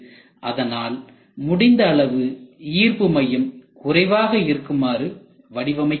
அதனால் முடிந்த அளவு ஈர்ப்பு மையம் குறைவாக இருக்குமாறு வடிவமைக்க வேண்டும்